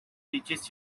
reaches